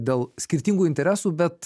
dėl skirtingų interesų bet